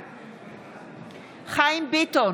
בעד חיים ביטון,